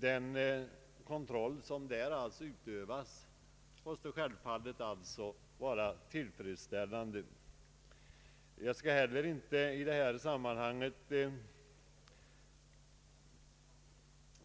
Den kontroll som där utövas måste självfallet vara tillfredsställande. Jag skall inte i detta sammanhang